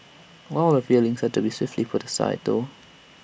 all her feelings had to be swiftly put aside though